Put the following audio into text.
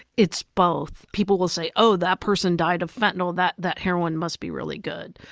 it's both. people will say, oh, that person died of fentanyl. that that heroin must be really good.